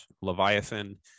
Leviathan